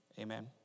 amen